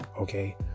okay